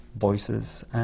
voices